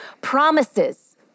promises